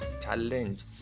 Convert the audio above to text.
challenge